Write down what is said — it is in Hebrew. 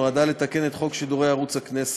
נועדה לתקן את חוק שידורי ערוץ הכנסת,